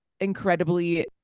incredibly